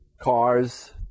cars